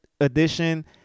Edition